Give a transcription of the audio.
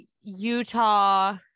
Utah